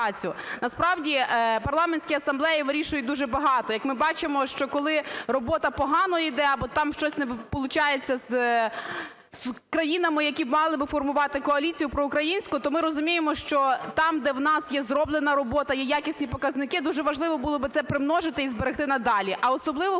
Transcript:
Насправді парламентські асамблеї вирішують дуже багато. Як ми бачимо, що коли робота погано іде або там щось не получається з країнами, які мали би формувати коаліцію проукраїнську, то ми розуміємо, що там, де в нас є зроблена робота, є якісні показники. Дуже важливо було би це примножити і зберегти надалі. А особливо